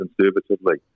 conservatively